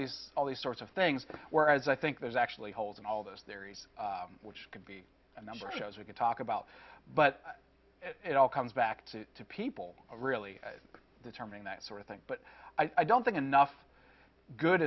these all these sorts of things whereas i think there's actually hold in all those theories which could be a number of shows we could talk about but it all comes back to to people really determining that sort of thing but i don't think enough good